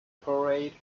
parade